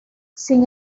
sin